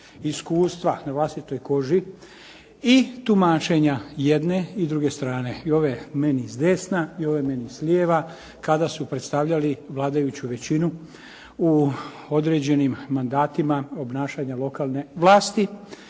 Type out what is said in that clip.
iskustva na vlastitoj koži i tumačenja jedne i druge strane, i ove meni s desna i ove meni s lijeva kada su predstavljali vladajuću većinu u određenim mandatima obnašanja lokalne vlasti.